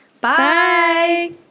Bye